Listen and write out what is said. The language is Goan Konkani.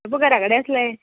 आगो घरा कडेन आसलें